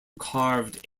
carved